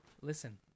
Listen